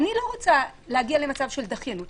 אני לא רוצה להגיע למצב של דחיינות,